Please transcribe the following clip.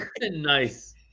Nice